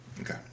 okay